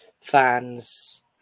fans